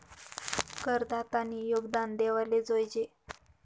करदातानी योगदान देवाले जोयजे